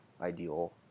ideal